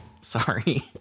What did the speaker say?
Sorry